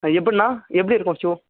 எப்பிட்ணா எப்படி இருக்கும் ஷூ